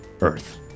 Earth